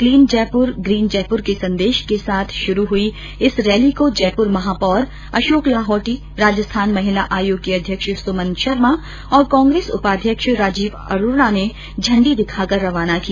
clean Jaipur green Jaipur के संदेश के साथ शुरू हुई इस रैली को जयपुर महापौर अशोक लाहोटी राजस्थान महिला आयोग की अध्यक्ष सुमन शर्मा और कांग्रेस उपाध्यक्ष राजीव अरोड़ा ने झंडी दिखाकर रवाना किया